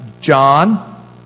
John